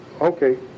okay